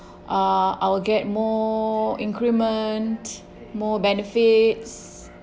uh I will get more increment more benefits